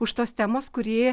už tos temos kuri